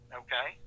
okay